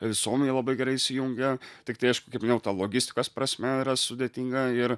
ir suomiai labai gerai įsijungia tiktai aš kaip minėjau ta logistikos prasme yra sudėtinga ir